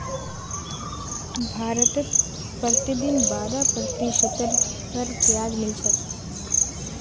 भारतत प्रतिदिन बारह प्रतिशतेर पर ब्याज मिल छेक